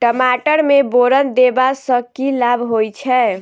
टमाटर मे बोरन देबा सँ की लाभ होइ छैय?